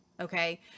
Okay